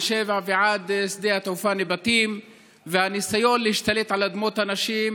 שבע ועד שדה התעופה נבטים והניסיון להשתלט על אדמות אנשים.